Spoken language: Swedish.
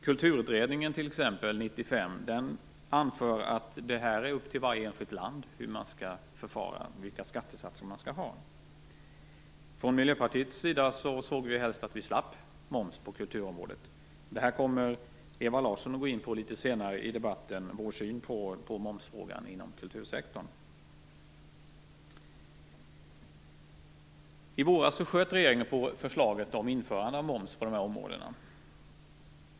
Kulturutredningen från 1995 t.ex. anför att det är upp till varje enskilt land hur man skall förfara och vilka skattesatser man skall ha. Från Miljöpartiets sida såg vi helst att vi slapp moms på kulturområdet. Ewa Larsson kommer litet senare i debatten att gå in på vår syn på momsfrågan inom kultursektorn. I våras sköt regeringen på förslaget om införande av moms på de här områdena.